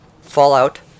fallout